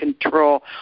control